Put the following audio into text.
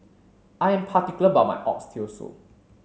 I'm particular about my Oxtail Soup